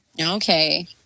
Okay